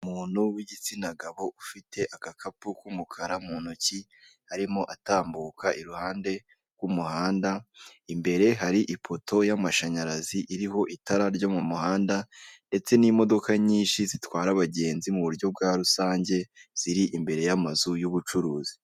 Umuntu w'igitsina gabo ufite agakapu k'umukara mu ntoki arimo atambuka iruhande rw'umuhanda, imbere hari ipoto y'amashanyarazi iriho itara ryo mu muhanda ndetse n'imodoka nyinshi zitwara abagenzi mu buryo bwa rusange ziri imbere y'amazu y'ubucuruzi.